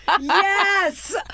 Yes